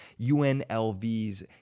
UNLV's